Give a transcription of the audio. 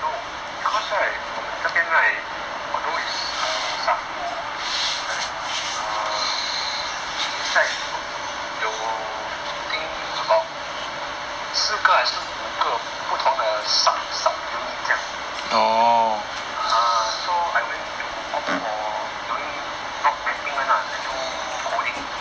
no because right 我们这边 right although is a S_A_F_M_U but then err inside 有 I think about 四个还是五个不同的 sub sub unit ah so I went to opt for doing not mapping [one] ah I do coding